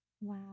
Wow